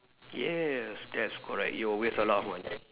yes that's correct it will waste a lot of money